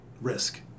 risk